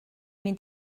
mynd